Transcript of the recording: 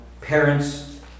parents